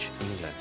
England